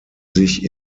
sich